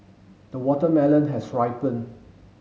the watermelon has ripen